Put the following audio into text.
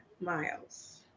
Miles